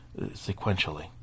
sequentially